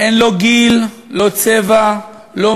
ילד ואין לו קשר לא לתום ולא